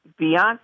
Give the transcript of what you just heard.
Beyonce